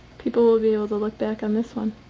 people will be able to look back on this one.